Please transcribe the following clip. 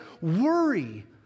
worry